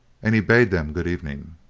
and he bade them good evening.